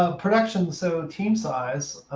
ah production so team size,